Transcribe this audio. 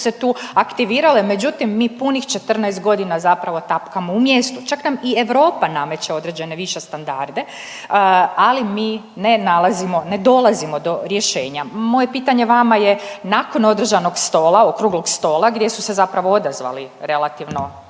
su se tu aktivirale, međutim, mi punih 14 godina zapravo tapkamo u mjestu. Čak nam i Europa nameće određene više standarde, ali mi ne nalazimo, ne dolazimo do rješenja. Moje pitanje vama je, nakon održanog stola, okruglog stola gdje su se zapravo odazvali relativno,